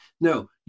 No